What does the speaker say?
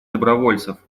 добровольцев